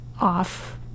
off